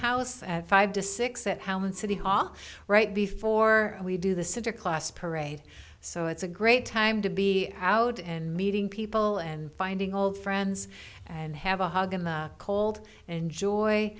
house at five to six at how many city hall right before we do the center class parade so it's a great time to be out and meeting people and finding old friends and have a hug in the cold and enjoy